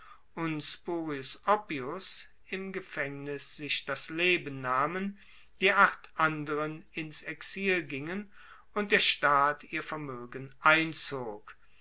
oppius im gefaengnis sich das leben nahmen die acht anderen ins exil gingen und der staat ihr vermoegen einzog